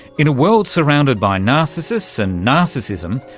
in a world surrounded by narcissists and narcissism,